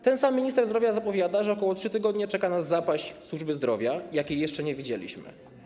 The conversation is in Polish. Ten sam minister zdrowia zapowiada, że ok. 3 tygodnie czeka nas zapaść służby zdrowia, jakiej jeszcze nie widzieliśmy.